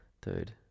Dude